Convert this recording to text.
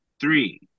three